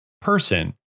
person